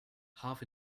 half